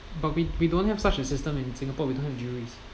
but we we don't have such a system in singapore we don't have juries